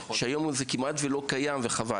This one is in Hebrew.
שהיום זה כמעט ולא קיים וחבל,